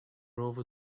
over